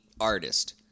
artist